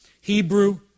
Hebrew